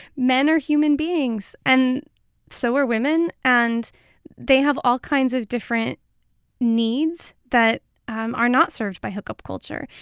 men are human beings and so are women. and they have all kinds of different needs that um are not served by hookup culture.